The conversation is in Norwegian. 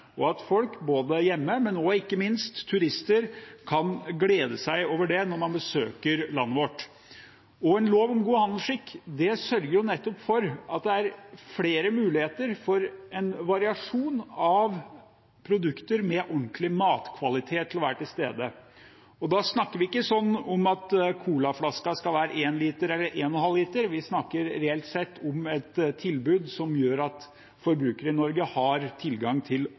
og at både folk her hjemme og ikke minst turister som besøker landet vårt, kan glede seg over det. En lov om god handelsskikk sørger nettopp for at det er flere muligheter for at en variasjon av produkter med ordentlig matkvalitet vil være til stede. Da snakker vi ikke om at colaflasken skal være én liter eller én og en halv liter – vi snakker reelt sett om et tilbud som gjør at forbrukere i Norge har tilgang til